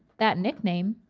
that nickname,